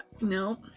no